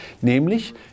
nämlich